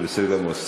זה בסדר גמור.